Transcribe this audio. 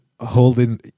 holding